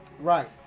Right